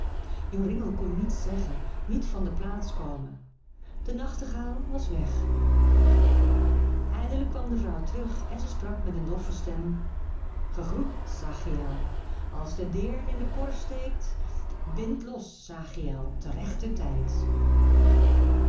joringel kon niets zeggen niet van de plaats komen de nachtegaal was weg eindelijk kwam de vrouw terug en ze sprak met een doffe stem gegroet zachiël als de deern in de korf steekt bind los zachiël te rechtertijd toen